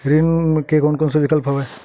ऋण के कोन कोन से विकल्प हवय?